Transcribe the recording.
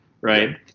Right